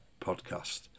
podcast